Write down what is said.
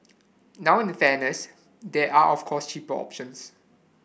now in fairness there are of course cheaper options